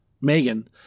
Megan